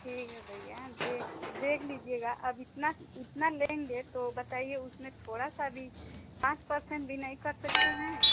ठीक है भैया देख लीजिएगा अब इतना इतना लेंगे तो बताइए उसमें थोड़ा सा भी पाँच परसेंट भी नहीं कर सकते हैं